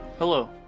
Hello